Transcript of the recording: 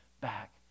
back